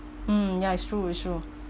mm ya it's true it's true